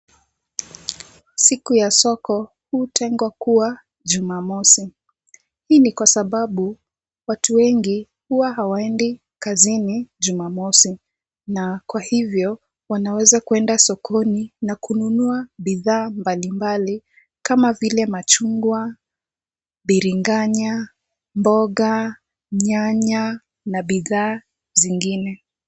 Siku ya soko hutengwa kuwa Jumamosi , hii ni kwa sababu watu wengi huwa hawaendi kazini Jumamosi na kwa hivyo wanaweza kuenda sokoni na kununua bidhaa mbalimbali ,kama vile; machungwa ,biringanya ,mboga, nyanya na bidhaa zingine.